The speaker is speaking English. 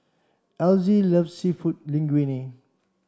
Elzie loves Seafood Linguine